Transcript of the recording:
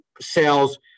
sales